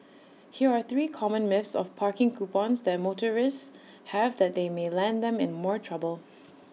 here are three common myths of parking coupons that motorists have that they may land them in more trouble